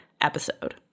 episode